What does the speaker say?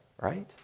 right